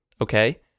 okay